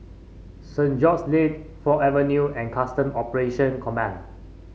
Saint George's Lane Ford Avenue and Customs Operations Command